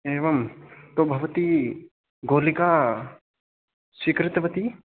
एवं तु भवती गोलिका स्वीकृतवती